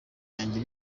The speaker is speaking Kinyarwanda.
yanjye